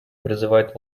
призывает